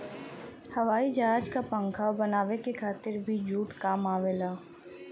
हवाई जहाज क पंखा बनावे के खातिर भी जूट काम आवेला